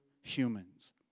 humans